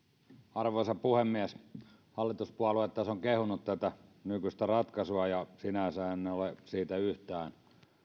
arvoisa puhemies hallituspuolueet tässä ovat kehuneet tätä nykyistä ratkaisua ja sinänsä en ole siitä yhtään